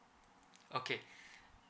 okay